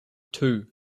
two